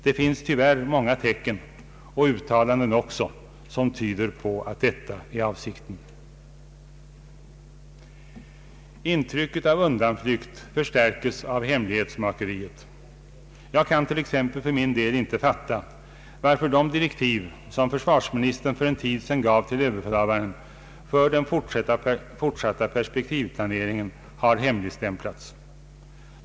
Det finns tyvärr många tecken — och uttalanden också — som tyder på att detta är avsikten. Intrycket av undanflykt förstärkes av hemlighetsmakeriet. Jag kan t.ex. för min del inte fatta varför de direktiv som försvarsministern för en tid sedan gav till överbefälhavaren för den fortsatta perspektivplaneringen har hemligstämplats.